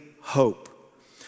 hope